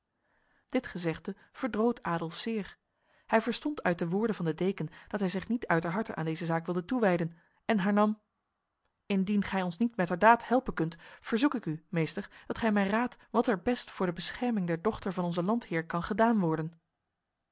dit gezegde verdroot adolf zeer hij verstond uit de woorden van de deken dat hij zich niet uiterharte aan deze zaak wilde toewijden en hernam indien gij ons niet metterdaad helpen kunt verzoek ik u meester dat gij mij raadt wat er best voor de bescherming der dochter van onze landheer kan gedaan worden